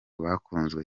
bakunzwe